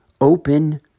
open